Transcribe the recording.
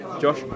Josh